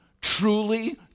Truly